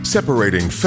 Separating